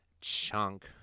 chunk